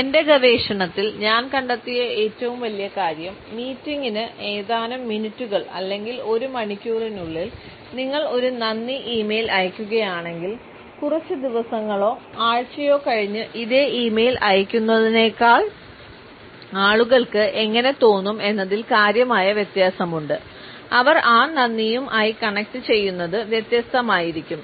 എന്റെ ഗവേഷണത്തിൽ ഞാൻ കണ്ടെത്തിയ ഏറ്റവും വലിയ കാര്യം മീറ്റിംഗിന് ഏതാനും മിനിറ്റുകൾ അല്ലെങ്കിൽ ഒരു മണിക്കൂറിനുള്ളിൽ നിങ്ങൾ ഒരു നന്ദി ഇ മെയിൽ അയയ്ക്കുകയാണെങ്കിൽ കുറച്ച് ദിവസങ്ങളോ ആഴ്ചയോ കഴിഞ്ഞ് ഇതേ ഇ മെയിൽ അയയ്ക്കുകയാണെങ്കിൽ ആളുകൾക്ക് എങ്ങനെ തോന്നും എന്നതിൽ കാര്യമായ വ്യത്യാസമുണ്ട് അവർ ആ നന്ദിയും ആയി കണക്റ്റു ചെയ്യുന്നത് വ്യത്യസ്തമായിരിക്കും